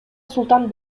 султан